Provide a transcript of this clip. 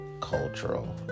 cultural